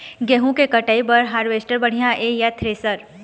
गेहूं के कटाई बर हारवेस्टर बढ़िया ये या थ्रेसर?